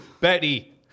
Betty